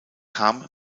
kam